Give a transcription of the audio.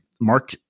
Mark